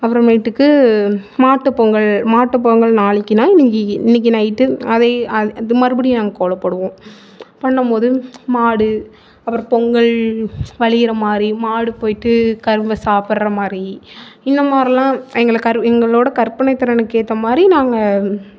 அப்புறமேட்டுக்கு மாட்டுப்பொங்கல் மாட்டுப்பொங்கல் நாளைக்கின்னா இன்னிக்கு இன்னிக்கு நைட்டு அதையே அத் அது மறுபடியும் நாங்க கோலம் போடுவோம் பண்ணமோது மாடு அப்புறோம் பொங்கல் வழியிற மாதிரி மாடு போயிவிட்டு கரும்பு சாப்பிடுற மாதிரி இந்த மாரிலாம் எங்களுக்கு கரு எங்களோட கற்பனை திறனுக்கு ஏற்ற மாதிரி நாங்கள்